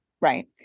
Right